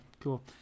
Cool